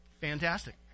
Fantastic